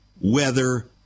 weather